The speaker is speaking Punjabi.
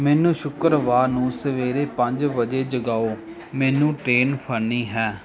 ਮੈਨੂੰ ਸ਼ੁੱਕਰਵਾਰ ਨੂੰ ਸਵੇਰੇ ਪੰਜ ਵਜੇ ਜਗਾਓ ਮੈਨੂੰ ਟ੍ਰੇਨ ਫੜਨੀ ਹੈ